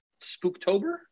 Spooktober